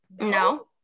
no